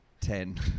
ten